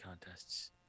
contests